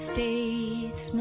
States